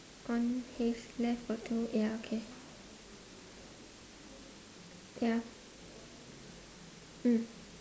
on his left got two ya okay ya mm